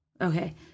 okay